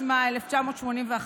התשמ"א 1981,